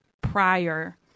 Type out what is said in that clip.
prior